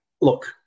Look